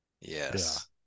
yes